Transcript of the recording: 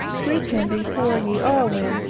greet him before ye all with